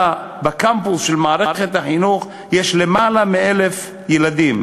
בקמפוס של מערכת החינוך יש למעלה מ-1,000 ילדים,